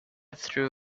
threw